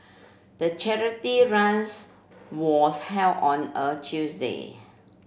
the charity runs was held on a Tuesday